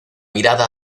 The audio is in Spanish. mirada